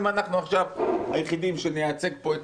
אם אנחנו עכשיו היחידים שנייצג פה את